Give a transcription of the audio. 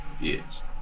Yes